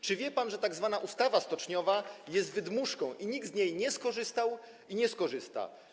Czy wie pan, że tzw. ustawa stoczniowa jest wydmuszką, że nikt z niej nie skorzystał i nie skorzysta?